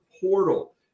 portal